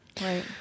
Right